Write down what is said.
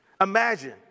Imagine